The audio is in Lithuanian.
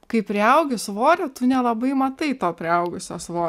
kai priaugi svorio tu nelabai matai to priaugusios svo